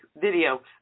video